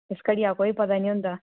इस घड़िया दा कोई पता नेई होंदा